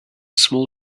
small